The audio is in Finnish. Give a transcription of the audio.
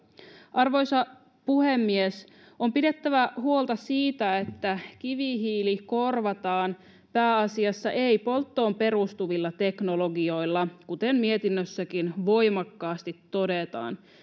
arvoisa puhemies on pidettävä huolta siitä että kivihiili korvataan pääasiassa ei polttoon perustuvilla teknologioilla kuten mietinnössäkin voimakkaasti todetaan